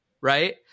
right